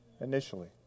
Initially